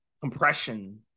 compression